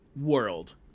world